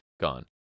gone